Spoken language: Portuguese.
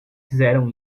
fizeram